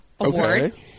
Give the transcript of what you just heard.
Award